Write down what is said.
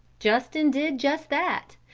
justin did just that,